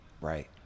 Right